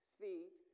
feet